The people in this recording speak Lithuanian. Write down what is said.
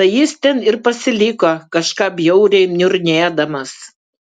tai jis ten ir pasiliko kažką bjauriai niurnėdamas